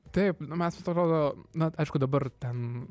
taip mes atrodo na aišku dabar ten